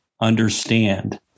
understand